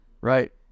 right